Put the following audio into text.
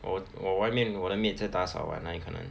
我我外面我的 maid 在打扫 [what] 哪里可能